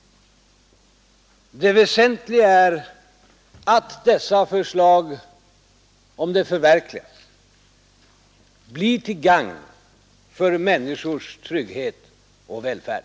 Det väsentliga är att dessa förslag, om de förverkligas, blir till gagn för människors trygghet och välfärd.